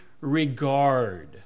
regard